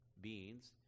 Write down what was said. beings